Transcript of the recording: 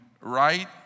right